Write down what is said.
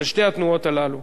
של שתי התנועות הללו,